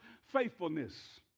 faithfulness